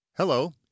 Hello